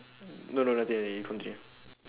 no no nothing already you continue